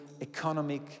economic